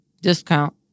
discount